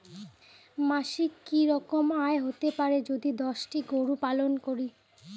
মাসিক কি রকম আয় হতে পারে যদি দশটি গরু পালন করি?